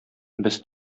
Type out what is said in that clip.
без